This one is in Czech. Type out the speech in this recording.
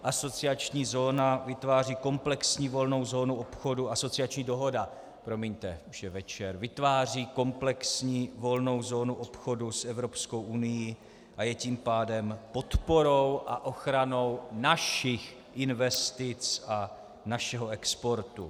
Asociační zóna vytváří komplexní volnou zónu obchodu asociační dohoda, promiňte, už je večer vytváří komplexní volnou zónu obchodu s Evropskou unií a je tím pádem podporou a ochranou našich investic a našeho exportu.